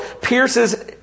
pierces